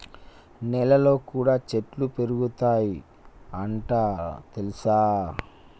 నెలల్లో కూడా చెట్లు పెరుగుతయ్ అంట తెల్సా